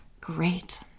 great